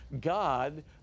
God